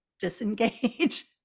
disengage